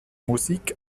musik